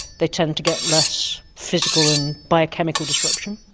they tend to get less physical and biochemical disruption.